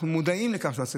אנחנו מודעים לכך שזה הסיפור,